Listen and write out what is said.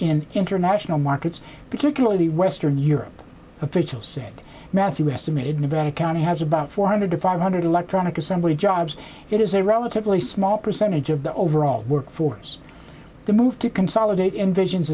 in international markets particularly western europe official said mathew estimated nevada county has about four hundred to five hundred electronic assembly jobs it is a relatively small percentage of the overall workforce the move to consolidate envisions